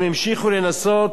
הם המשיכו לנסות.